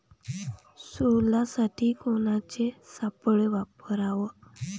सोल्यासाठी कोनचे सापळे वापराव?